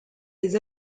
des